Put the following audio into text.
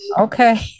Okay